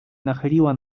nachyliła